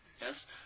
Yes